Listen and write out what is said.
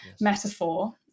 metaphor